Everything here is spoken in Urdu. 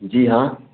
جی ہاں